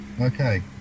Okay